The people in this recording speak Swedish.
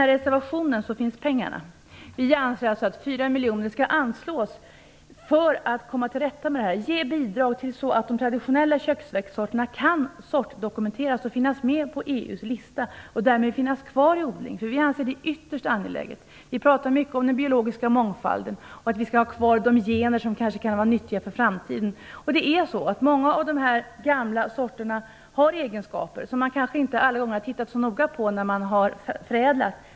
Men i reservationen föreslår vi att 4 miljoner skall anslås för att man skall komma till rätta med detta. Man skall ge bidrag så att de traditionella köksväxtsorterna kan sortdokumenteras och finnas med på EU:s lista. Därmed kan de få finnas kvar i odling. Vi anser det ytterst angeläget. Det talas mycket om den biologiska mångfalden och att man skall ha kvar de gener som kan vara nyttiga för framtiden. Många av de gamla sorterna har egenskaper som man kanske inte alla gånger har tittat närmare på när man har förädlat.